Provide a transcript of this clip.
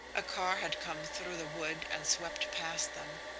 a car had come through the wood and swept past them,